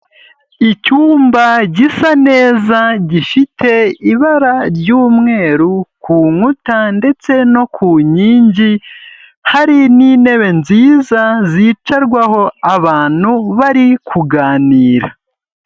Icyumba gisa neza gifite ibara ry'umweru ku nkuta ndetse no ku nkingi, hari n'intebe nziza zicarwaho abantu bari kuganira.